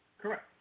correct